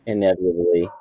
Inevitably